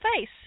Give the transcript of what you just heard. face